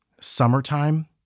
summertime